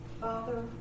Father